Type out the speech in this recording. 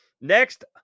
Next